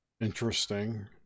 interesting